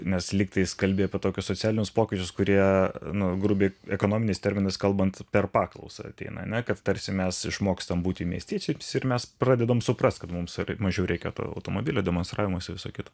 nes lygtais kalbi apie tokius socialinius pokyčius kurie nu grubiai ekonominiais terminais kalbant per paklausą ateina ane kad tarsi mes išmokstam būti miestiečiais ir mes pradedam suprast kad mums ar mažiau reikia to automobilio demonstravimosi viso kito